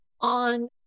on